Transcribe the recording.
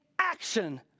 action